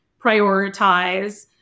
prioritize